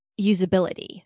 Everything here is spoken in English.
usability